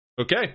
okay